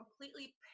completely